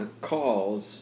calls